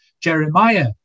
Jeremiah